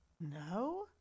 No